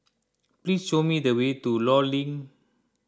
please show me the way to Law Link